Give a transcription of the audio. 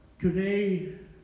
today